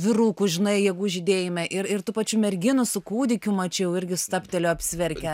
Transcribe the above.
vyrukų žinai jėgų žydėjime ir ir tų pačių merginų su kūdikiu mačiau irgi stabtelėjo apsiverkė